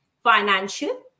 financial